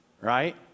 right